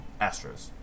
Astros